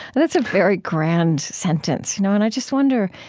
that's a very grand sentence. you know and i just wonder,